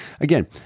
again